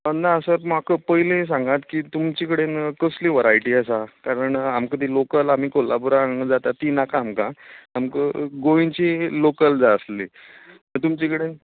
ना सर म्हाका पयलीं सांगात की तुमचे कडेन कसली वरायटी आसा कारण आमकां ती लोकल आमकां ती कोल्हापुरा हांगा जाता ती नाका आमकां आमकां गोंयची लोकल जाय आसली तुमचे कडेन